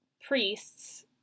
priests